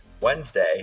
Wednesday